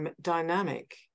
dynamic